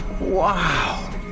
Wow